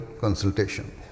consultation